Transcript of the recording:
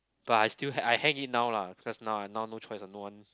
but I still I hang it now lah because now I now no choice ah no ones